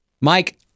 Mike